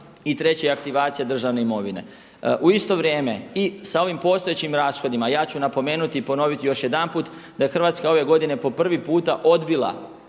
I teći je aktivacija državne imovine. U isto vrijeme i sa ovim postojećim rashodima ja ću napomenuti i ponoviti još jedanput da je Hrvatska ove godine po prvi puta odbila,